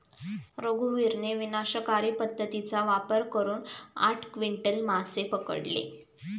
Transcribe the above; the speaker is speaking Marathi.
रघुवीरने विनाशकारी पद्धतीचा वापर करून आठ क्विंटल मासे पकडले